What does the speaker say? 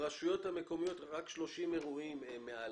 ברשויות המקומיות יש רק 30 אירועים עם מעל